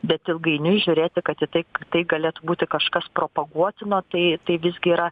bet ilgainiui žiūrėti kad į tai kad tai galėtų būti kažkas propaguotino tai tai visgi yra